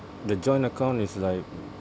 the joint account is like